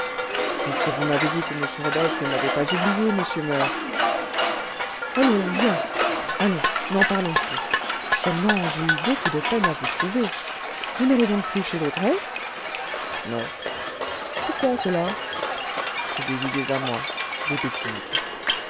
puisque vous m'avez dit que m rodolphe ne m'avait pas oublié monsieur murph allons bien allons n'en parlons plus seulement j'ai eu beaucoup de peine à vous trouver vous n'allez donc plus chez l'ogresse non pourquoi cela c'est des idées à moi des bêtises